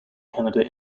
canada